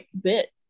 bit